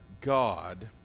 God